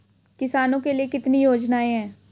किसानों के लिए कितनी योजनाएं हैं?